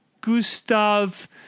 Gustav